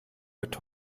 wird